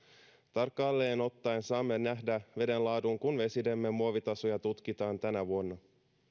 tarkalleen ottaen saamme nähdä veden laadun kun vesiemme muovitasoja tutkitaan tänä vuonna